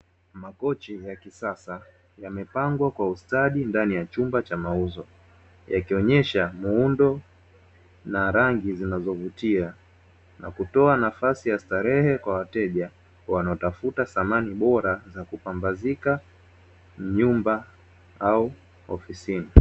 Makochi ya kisasa yamepangwa kwa ustadi ndani ya chumba cha mauzo, yakionyesha muundo na rangi zinazovutia na kutoa nafasi ya starehe kwa wateja wanaotafuta samani bora za kupambazika nyumba au ofisini.